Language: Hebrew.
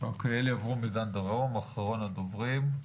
אחרון הדוברים.